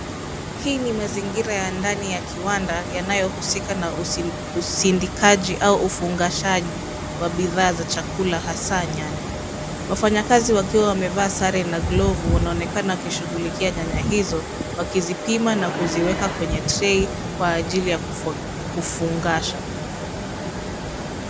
Hii ni mazingira ya ndani ya kiwanda yanayohusika na usindikaji au ufungashaji wa bidhaa za chakula hasa nyanya. Wafanyakazi wakiwa wamevaa sare na glovu wanaonekana wakishughulikia nyanya hizo wakizipima na kuziweka kwenye tray kwa ajili ya kufungasha.